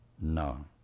No